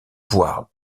voire